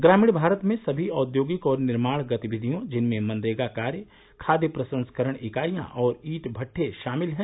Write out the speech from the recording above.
ग्रामीण भारत में सभी औद्योगिक और निर्माण गतिविधियों जिनमें मनरेगा कार्य खाद्य प्रसंस्करण इकाइयां और ईट भट्टे शामिल है